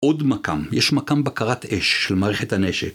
עוד מכ"ם, יש מכ"ם בקרת אש של מערכת הנשק